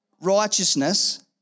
righteousness